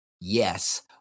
yes